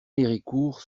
héricourt